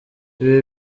ibi